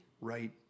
Right